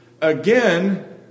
again